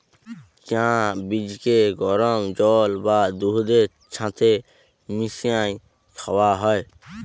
চাঁ বীজকে গরম জল বা দুহুদের ছাথে মিশাঁয় খাউয়া হ্যয়